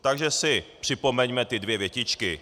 Takže si připomeňme ty dvě větičky.